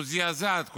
הוא זעזע את כולנו.